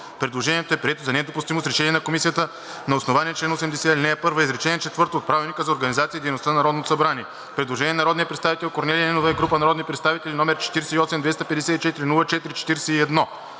Предложението е прието за недопустимо с решение на Комисията на основание чл. 80, ал. 2, изречение четвърто от Правилника за организацията и дейността на Народното събрание. Предложение на народния представител Корнелия Нинова и група народни представители, № 48-254-04-41.